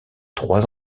trois